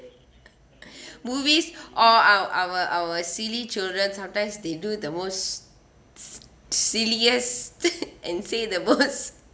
movies or our our our silly children sometimes they do the most s~ s~ serious th~ and say the words